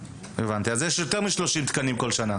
הבנתי, אז יש יותר מ-30 תקנים כל שנה.